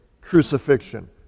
crucifixion